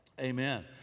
Amen